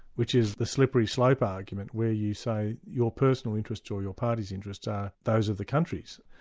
which is the slippery slope argument, where you say your personal interests or your party's interests are those of the country's,